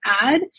add